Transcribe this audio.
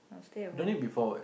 I'll stay at home